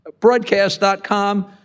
Broadcast.com